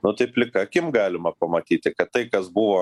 nu tai plika akim galima pamatyti kad tai kas buvo